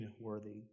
worthy